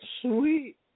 Sweet